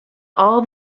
all